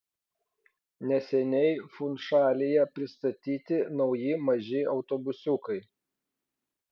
neseniai funšalyje pristatyti nauji maži autobusiukai